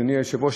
אדוני היושב-ראש,